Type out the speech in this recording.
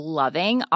loving